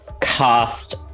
cast